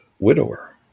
widower